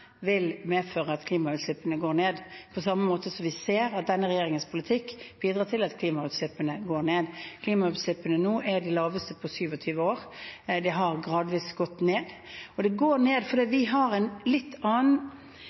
vil medføre at klimautslippene går ned, på samme måte som vi ser at denne regjeringens politikk bidrar til at klimautslippene går ned. Klimautslippene nå er de laveste på 27 år. De har gradvis gått ned, og de går ned fordi vi har en litt annen